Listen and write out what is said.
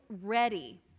ready